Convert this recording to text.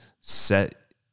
set